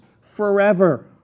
forever